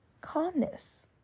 calmness